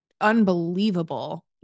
unbelievable